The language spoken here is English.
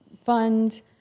fund